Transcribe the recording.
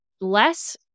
less